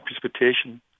precipitation